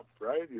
right